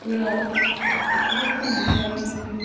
गोलाव बेखौबो खन्नानै लायो जोङो